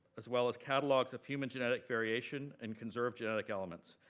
as well as catalogs of human genetic variation and conserved genetic elements.